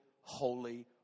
holy